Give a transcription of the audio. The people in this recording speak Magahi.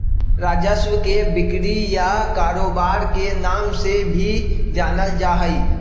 राजस्व के बिक्री या कारोबार के नाम से भी जानल जा हई